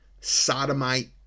sodomite